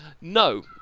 No